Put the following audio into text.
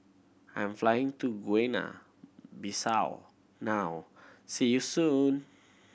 I'm flying to Guinea Bissau now see you soon